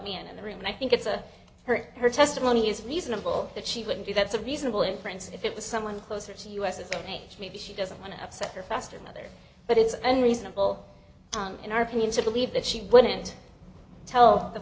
men in the room and i think it's a hurt her testimony is reasonable that she would be that's a reasonable inference if it was someone closer to us it's ok maybe she doesn't want to upset her foster mother but it's an reasonable tongue in our opinion to believe that she wouldn't tell the